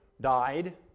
died